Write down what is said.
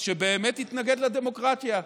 שבאמת התנגד לדמוקרטיה.